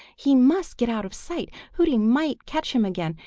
he must get out of sight! hooty might catch him again!